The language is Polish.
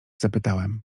zapytałem